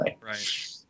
right